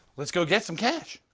let's go get some cash.